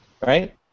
Right